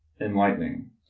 enlightening